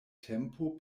tempo